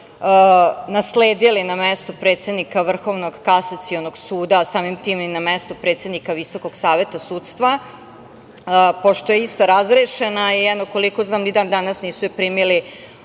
nasledili na mesto predsednika Vrhovnog kasacionog suda, samim tim i na mestu predsednika Viskog saveta sudstva, pošto je ista razrešena i koliko znam i dan danas nisu je primili